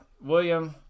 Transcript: william